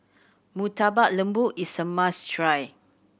Murtabak Lembu is a must try